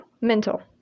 mental